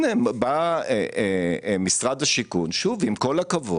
מה אנחנו עושים פה?